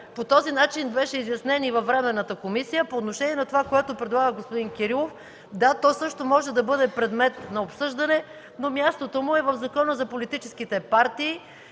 По този начин той беше изяснен и във временната комисия. По отношение на това, което предлага господин Кирилов – да, то също може да бъде предмет на обсъждане, но мястото му е в Закона за политическите партии